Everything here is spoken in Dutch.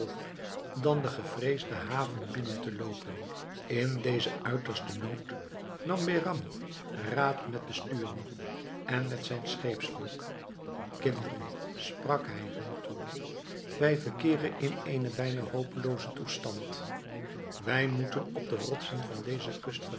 dan de gevreesde haven binnen te loopen in dezen uitersten nood nam behram raad met den stuurman en met zijn scheepsvolk kinderen sprak hij hun toe wij verkeeren in eenen bijna hopeloozen toestand wij moeten op de rotsen van deze kust